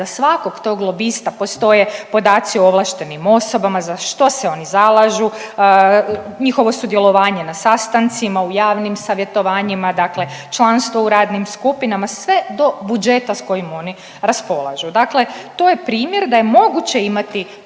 za svakog tog lobista postoje podaci o ovlaštenim osobama, za što se oni zalažu, njihovo sudjelovanje na sastancima, u javnim savjetovanjima, dakle članstvo u radnim skupinama, sve do budžeta s kojim oni raspolažu. To je primjer da je moguće imati